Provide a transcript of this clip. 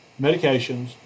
medications